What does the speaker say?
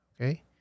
Okay